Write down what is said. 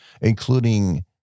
including